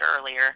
earlier